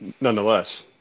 nonetheless